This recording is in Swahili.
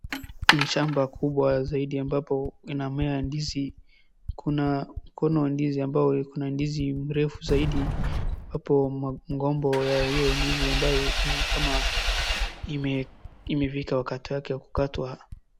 Ni shamba kubwa zaidi ambapo inamea ndizi. Kuna mkono wa ndizi ambao iko na ndizi mrefu zaidi. Hapo mangombo ya hiyo ndizi ambayo ni kama imefika wakati wake wa kukatwa.